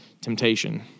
temptation